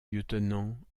lieutenant